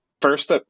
first